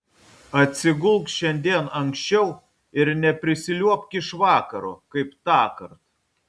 atsigulk šiandien anksčiau ir neprisiliuobk iš vakaro kaip tąkart